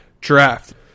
Draft